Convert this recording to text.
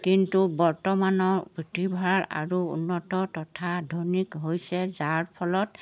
কিন্তু বৰ্তমানৰ পুথিভঁৰাল আৰু উন্নত তথা আধুনিক হৈছে যাৰ ফলত